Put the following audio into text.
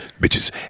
bitches